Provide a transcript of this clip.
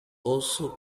also